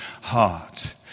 heart